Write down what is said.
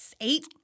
eight